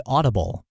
Audible